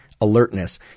alertness